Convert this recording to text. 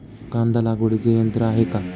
कांदा लागवडीचे यंत्र आहे का?